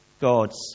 God's